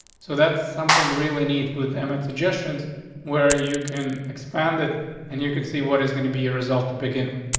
so that's something really need with them and suggestions where you can expand it and you can see what is going to be a result to begin with.